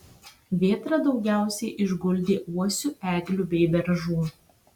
vėtra daugiausiai išguldė uosių eglių bei beržų